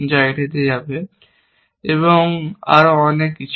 যা এটিতে যাবে এবং আরও অনেক কিছু